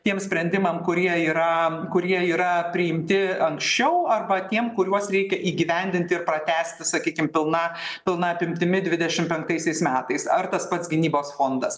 tiem sprendimam kurie yra kurie yra priimti anksčiau arba tiem kuriuos reikia įgyvendinti ir pratęsti sakykim pilna pilna apimtimi dvidešim penktaisiais metais ar tas pats gynybos fondas